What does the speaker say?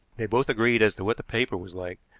they both agreed as to what the paper was like.